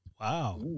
Wow